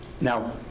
Now